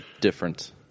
difference